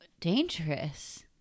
dangerous